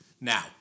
Now